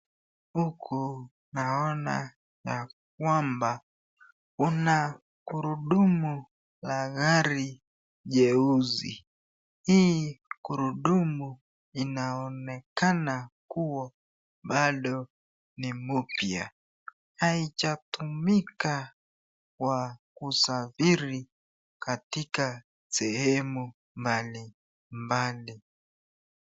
Huku naona ya kwamba kuna gurudumu la gari jeusi. Hii gurudumu inaonekana kuwa bado ni mupya. Haijatumika kwa kusafiri katika sehemu mbalimbali.